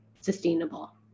sustainable